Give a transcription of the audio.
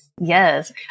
Yes